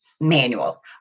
manual